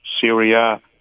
Syria